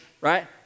right